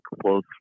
close